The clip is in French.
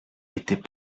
était